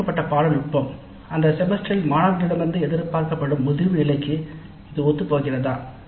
தேர்ந்தெடுக்கப்பட்ட பாடநெறி நுட்பம் அந்த செமஸ்டரில் மாணவர்களிடமிருந்து எதிர்பார்க்கப்படும் முதிர்வு நிலைக்கு இது ஒத்துப்போகிறதா